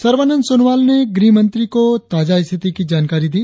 सर्बानंद सोनोवाल ने गृहमंत्री को ताजा स्थिति की जानकारी दी